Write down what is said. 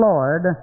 Lord